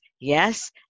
yes